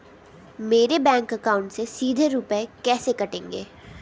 मेरे bank account से सीधे रुपए कैसे कटेंगे?